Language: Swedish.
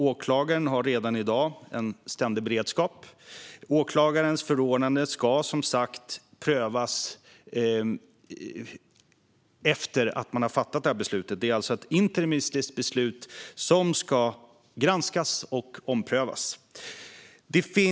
Åklagaren har redan i dag ständig beredskap. Åklagarens förordnande ska som sagt prövas efter att beslutet är fattat. Det är alltså ett interimistiskt beslut som ska granskas och omprövas.